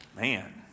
Man